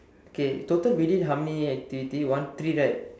okay total we did how many activity one three right